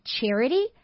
charity